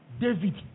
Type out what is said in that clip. David